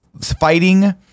fighting